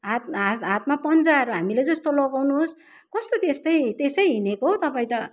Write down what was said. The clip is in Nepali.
हात हातमा पन्जाहरू हामीले जस्तो लगाउनुहोस् कस्तो त्यस्तै त्यसै हिँडेको तपाईँ त